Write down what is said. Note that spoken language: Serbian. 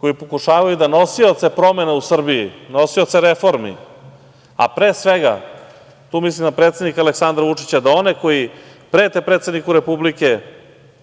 koji pokušavaju da nosioce promena u Srbiji, nosioce reformi, a pre svega tu mislim na predsednika Aleksandra Vučića, da one koji prete predsedniku Republike,